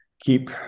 keep